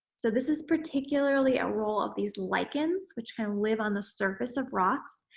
so, this is particularly a role of these lichens which can live on the surface of rocks,